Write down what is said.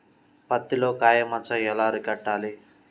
పత్తిలో కాయ మచ్చ ఎలా అరికట్టాలి?